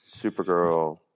Supergirl